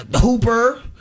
Hooper